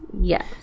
yes